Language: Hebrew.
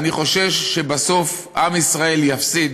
אני חושש שעם ישראל יפסיד